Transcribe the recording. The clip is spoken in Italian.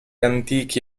antichi